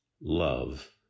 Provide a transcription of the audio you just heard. love